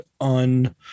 on